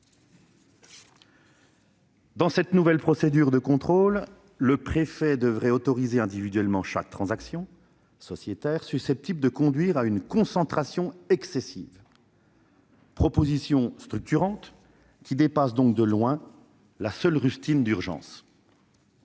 Dans cette nouvelle procédure de contrôle, le préfet devrait autoriser individuellement chaque transaction sociétaire susceptible de conduire à une concentration excessive. Cette proposition structurante dépasse de loin la seule rustine d'urgence